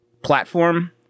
platform